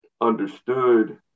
understood